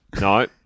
No